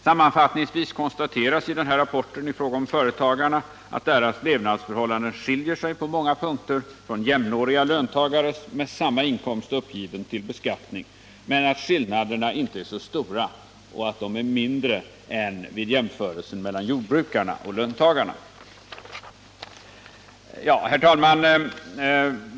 Sammanfattningsvis konstateras i rapporten i fråga om företagare att deras levnadsförhållanden skiljer sig på många punkter från jämnåriga löntagares med samma inkomst uppgiven till beskattning, men att skillnaderna inte är så stora utan mindre än vid jämförelsen mellan jordbrukare och löntagare.